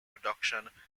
production